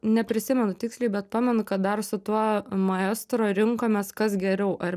neprisimenu tiksliai bet pamenu kad dar su tuo maestro rinkomės kas geriau ar